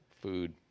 food